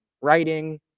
writing